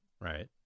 Right